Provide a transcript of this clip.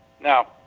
Now